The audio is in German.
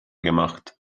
gemacht